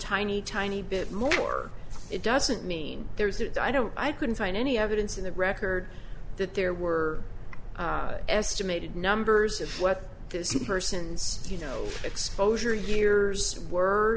tiny tiny bit more it doesn't mean there's that i don't i couldn't find any evidence in the record that there were estimated numbers of what this person's you know exposure years wor